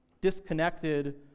disconnected